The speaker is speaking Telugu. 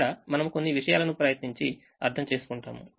ఇక్కడ మనము కొన్ని విషయాలను ప్రయత్నించి అర్థం చేసుకుంటాము